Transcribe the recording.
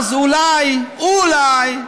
אז, אולי, אולי,